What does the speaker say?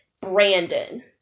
Brandon